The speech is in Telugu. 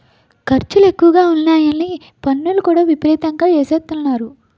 ఖర్చులు ఎక్కువగా ఉన్నాయని పన్నులు కూడా విపరీతంగా ఎసేత్తన్నారు